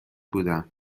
بودم